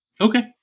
Okay